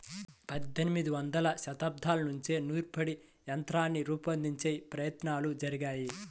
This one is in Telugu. పద్దెనిమదవ శతాబ్దం నుంచే నూర్పిడి యంత్రాన్ని రూపొందించే ప్రయత్నాలు జరిగాయి